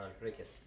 cricket